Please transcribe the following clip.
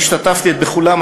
והשתתפתי בכולם,